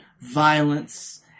violence